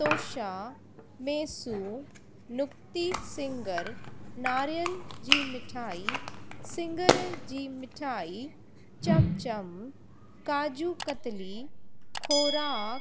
तोशा मेसू नुक्ती सिङर नारियल जी मिठाई सिङर जी मिठाई चमचम काजू कतली ख़ोराक